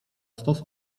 stos